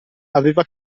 aveva